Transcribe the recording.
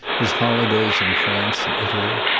his holidays in france and italy.